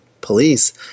police